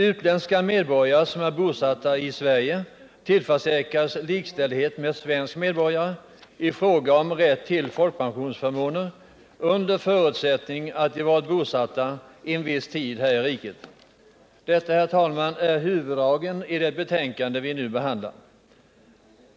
Utländska medborgare som är bosatta i Sverige tillförsäkras likställdhet med svenska medborgare i fråga om rätt till folkpensionsförmåner under förutsättning att de varit bosatta en viss tid här i riket. Detta, herr talman, är huvuddragen i det betänkande vi nu behandlar.